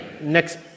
Next